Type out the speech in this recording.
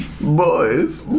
Boys